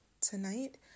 tonight